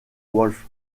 wolff